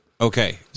Okay